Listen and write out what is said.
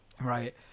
Right